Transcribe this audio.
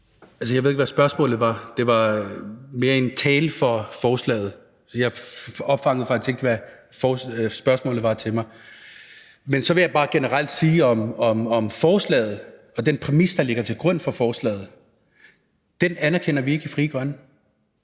Jeg ved ikke, hvad spørgsmålet var. Det var mere en tale for forslaget. Jeg fangede faktisk ikke, hvad spørgsmålet var til mig. Men så vil jeg bare generelt sige om forslaget og den præmis, der ligger til grund for forslaget, at den anerkender vi ikke i Frie Grønne.